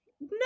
No